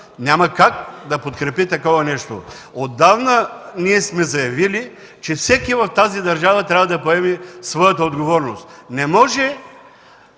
няма как да подкрепи такова нещо. Отдавна сме заявили, че всеки в тази държава трябва да поеме своята отговорност. Не може